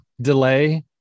delay